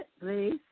Please